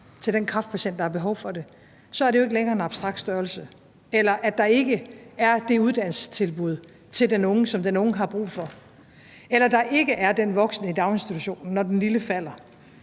til den kræftpatient, der har behov for det, så er det jo ikke længere en abstrakt størrelse. Eller hvis der ikke er det uddannelsestilbud til den unge, som den unge har brug for, eller hvis der ikke er den voksne i daginstitutionen, når den lille falder.